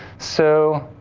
so,